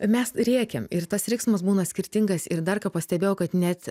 mes rėkiam ir tas riksmas būna skirtingas ir dar ką pastebėjau kad net